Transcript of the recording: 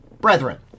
brethren